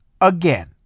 again